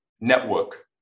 network